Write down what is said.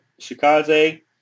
Shikaze